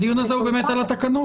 הדיון הזה הוא באמת על התקנות.